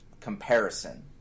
comparison